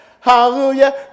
Hallelujah